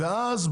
ואז,